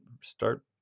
start